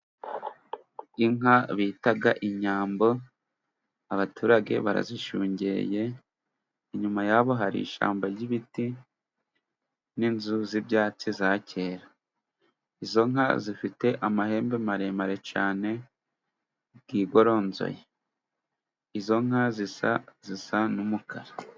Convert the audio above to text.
Inka bita inyambo abaturage barazishungeye inyuma yabo hari ishyamba ry'ibiti n'inzu z'ibyatsi za kera izo nka zifite amahembe maremare cyane yigoronzoye izo nka zisa n'umukara.